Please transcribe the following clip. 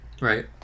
right